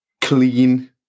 clean